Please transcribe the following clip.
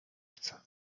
chcę